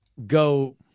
go